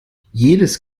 jedes